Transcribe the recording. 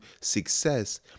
success